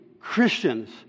Christians